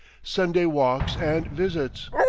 sunday walks and visits.